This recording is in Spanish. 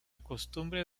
costumbre